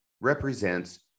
represents